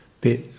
bit